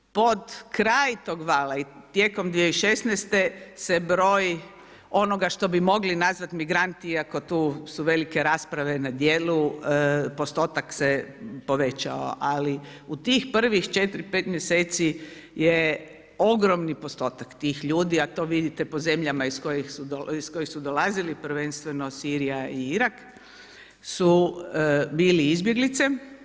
Pod kraj tog vala i tijekom 2016. se broj onoga što bi mogli nazvati migranti, iako tu su velike rasprave na djelu postotak se povećao, ali u tih prvih 4, 5 mjeseci je ogromni postotak tih ljudi, a to vidite po zemljama iz kojih su dolazili, prvenstveno Sirija i Irak su bili izbjeglice.